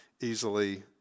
easily